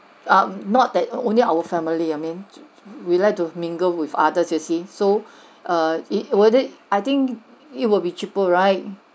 um not that only our family I mean we'd like to mingle with others you see so err it will it I think it will be cheaper right